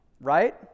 right